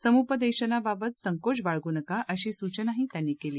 समुपदेशानांबाबत संकोच बाळगू नका अशी सूचनाही त्यांनी केली